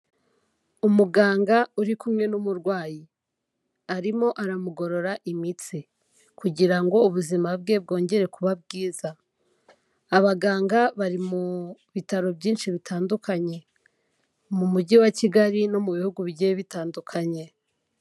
Umuganga uri kumwe n'umurwayi, arimo aramugorora imitsi kugira ngo ubuzima bwe bwongere kuba bwiza, abaganga bari mu bitaro byinshi bitandukanye, mu mujyi wa Kigali no mu bihugu bigiye bitandukanye.